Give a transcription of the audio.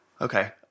okay